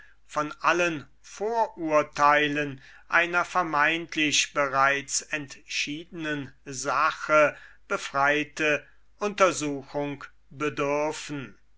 von allen vorurteilen einer vermeintlich bereits entschiedenen sache befreite untersuchung bedürfen